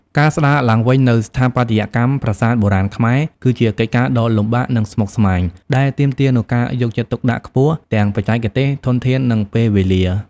ការស្ដារឡើងវិញនូវស្ថាបត្យកម្មប្រាសាទបុរាណខ្មែរ គឺជាកិច្ចការដ៏លំបាកនិងស្មុគស្មាញ ដែលទាមទារនូវការយកចិត្តទុកដាក់ខ្ពស់ ទាំងបច្ចេកទេស ធនធាន និងពេលវេលា។